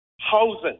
housing